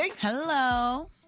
Hello